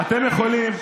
אתם יכולים,